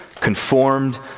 conformed